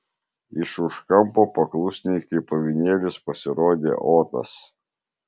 iš už kampo paklusniai kaip avinėlis pasirodė otas